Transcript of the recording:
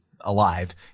alive